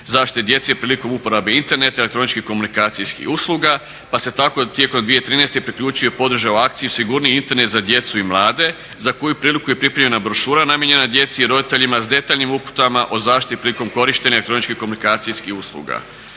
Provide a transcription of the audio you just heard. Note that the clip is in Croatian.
zaštitu djece, prilikom uporabe interneta, elektroničkih komunikacijskih usluga pa se tako i tijekom 2013. priključio i podržao akciju sigurniji Internet za djecu i mlade za koju priliku je pripremljena brošura namijenjena djeci i roditeljima sa detaljnim uputama o zaštiti i …/Govornik se ne razumije./… korištenja elektroničkih komunikacijskih usluga.